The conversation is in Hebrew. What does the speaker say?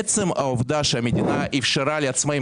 עצם העובדה שהמדינה אפשרה לעצמאים